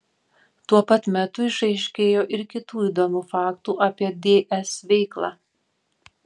tuo pat metu išaiškėjo ir kitų įdomių faktų apie ds veiklą